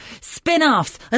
spin-offs